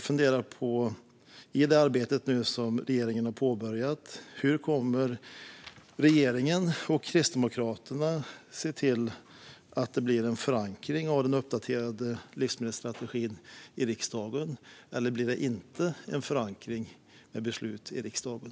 I det arbete som regeringen har påbörjat, hur kommer regeringen och Kristdemokraterna att se till att det blir en förankring av den uppdaterade livsmedelsstrategin i riksdagen? Eller blir det inte en förankring med beslut i riksdagen?